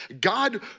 God